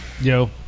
yo